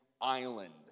island